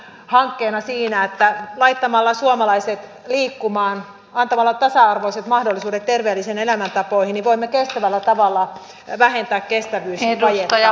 hakkeena siinä että laittamalla suomalaiset liikkumaan antamalla tasa arvoiset tämän leikkauksen peittämiseksi on alettu puhua harhaanjohtavasti nuorisotakuun rahoituksesta